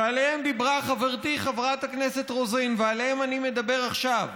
שעליהם דיברה חברתי חברת הכנסת רוזין ועליהם אני מדבר עכשיו,